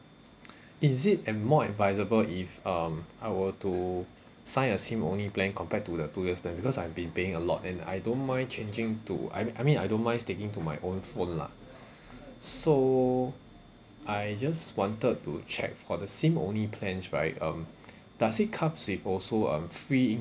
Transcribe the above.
is it and more advisable if um I were to sign a SIM only plan compared to the two years plan because I've been paying a lot and I don't mind changing to I I mean I don't mind sticking to my own phone lah so I just wanted to check for the SIM only plans right um does it comes with also um free in~